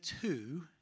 two